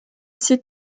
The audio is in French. site